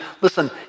Listen